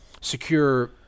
secure